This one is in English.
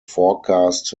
forecast